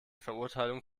verurteilung